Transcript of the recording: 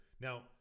now